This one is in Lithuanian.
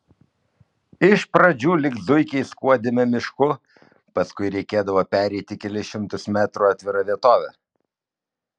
iš pradžių lyg zuikiai skuodėme mišku paskui reikėdavo pereiti kelis šimtus metrų atvira vietove